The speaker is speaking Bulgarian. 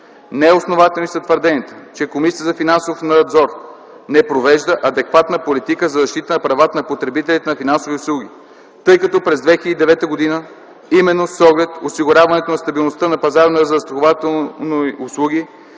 че Комисията за финансов надзор не провежда адекватна политика за защита на правата на потребителите на финансови услуги, тъй като през 2009 г. именно с оглед осигуряването на стабилността на пазара на застрахователни услуги,